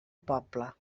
poble